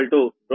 CPg222